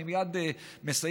אני מייד מסיים.